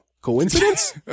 Coincidence